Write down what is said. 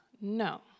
no